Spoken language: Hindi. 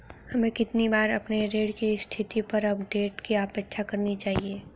हमें कितनी बार अपने ऋण की स्थिति पर अपडेट की अपेक्षा करनी चाहिए?